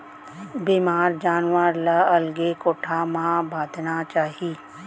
बेमार जानवर ल अलगे कोठा म बांधना चाही